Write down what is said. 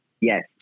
Yes